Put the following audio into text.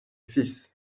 fils